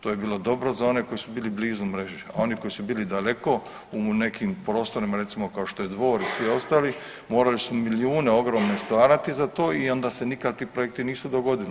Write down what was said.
To je bilo dobro za one koji su bili blizu mreži, a oni koji su bili daleko u nekim prostorima recimo kao što je Dvor i svi ostali morali su milijune ogromne stvarati za to i onda se nikakvi projekti nisu dogodili.